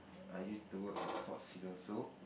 I used to work at Fort Siloso